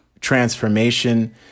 transformation